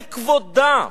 זה כבודה.